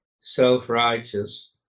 self-righteous